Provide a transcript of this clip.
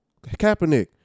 Kaepernick